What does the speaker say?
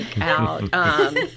out